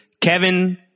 Kevin